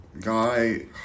guy